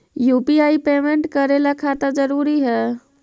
UPI payment करे ला खाता जरूरी है?